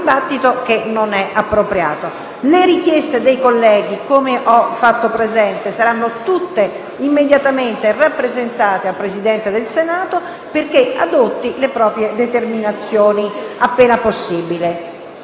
Le richieste dei colleghi, come ho fatto presente, saranno tutte immediatamente rappresentate al Presidente del Senato perché adotti le proprie determinazioni appena possibile.